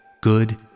good